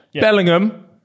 Bellingham